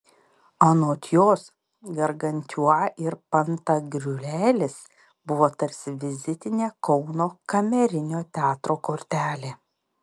anot jos gargantiua ir pantagriuelis buvo tarsi vizitinė kauno kamerinio teatro kortelė